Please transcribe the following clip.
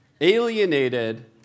alienated